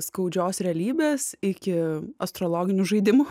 skaudžios realybės iki astrologinių žaidimų